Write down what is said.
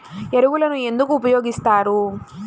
ఎరువులను ఎందుకు ఉపయోగిస్తారు?